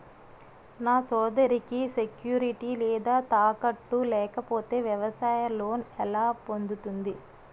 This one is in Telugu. నా సోదరికి సెక్యూరిటీ లేదా తాకట్టు లేకపోతే వ్యవసాయ లోన్ ఎలా పొందుతుంది?